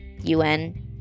UN